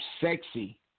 sexy